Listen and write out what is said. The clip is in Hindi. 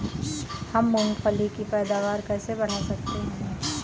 हम मूंगफली की पैदावार कैसे बढ़ा सकते हैं?